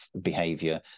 behavior